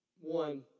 One